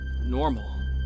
normal